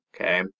Okay